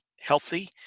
healthy